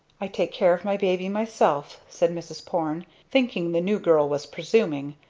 i take care of my baby myself! said mrs. porne, thinking the new girl was presuming,